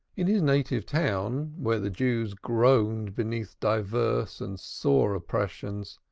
in his native town, where the jews groaned beneath divers and sore oppressions,